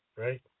right